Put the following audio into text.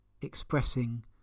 expressing